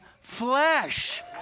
flesh